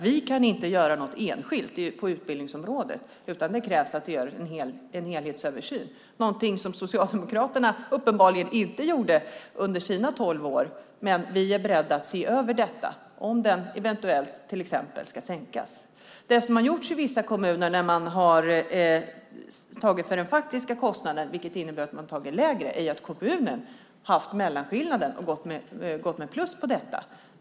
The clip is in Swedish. Vi kan inte göra något enskilt på utbildningsområdet, utan det krävs att vi gör en helhetsöversyn, vilket är någonting som Socialdemokraterna uppenbarligen inte gjorde under sina tolv år. Men vi är beredda att se över om den eventuellt till exempel ska sänkas. Det som har gjorts i vissa kommuner när man har tagit för den faktiska kostnaden, vilket innebär att man har tagit lägre, är att kommunen har haft mellanskillnaden och gått med plus på detta.